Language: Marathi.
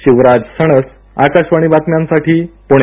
शिवराज सणस आकाशवाणी बातम्यांसाठी पुणे